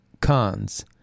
cons